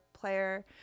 Player